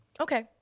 Okay